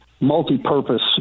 multi-purpose